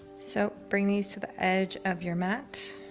so bring these to the edge of your mat